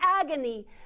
agony